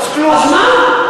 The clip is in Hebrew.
אז מה?